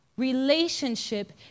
relationship